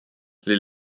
les